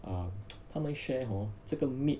ah 他们 share hor 这个 meat